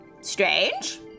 strange